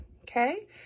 Okay